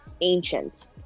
ancient